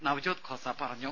നവ്ജ്യോത് ഖോസ പറഞ്ഞു